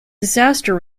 disaster